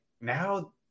now